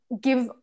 give